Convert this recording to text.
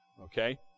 Okay